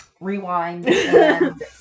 rewind